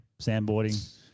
sandboarding